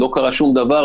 לא קרה שום דבר.